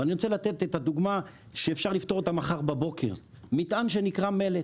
אבל אני רוצה לתת דוגמה שאפשר לפתור מחר בבוקר: מטען שנקרא מלט